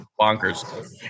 bonkers